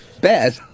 bad